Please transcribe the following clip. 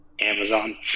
Amazon